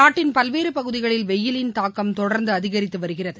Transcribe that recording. நாட்டின் பல்வேறுபகுதிகளில் வெய்யிலின் தாக்கம் தொடர்ந்துஅதிகரித்துவருகிறது